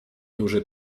duży